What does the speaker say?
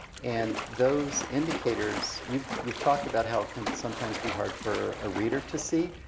and those indicators. you've you've talked about how it can sometimes be hard for a reader to see,